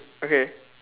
okay